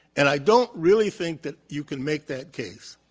and i don't really think that you can make that case.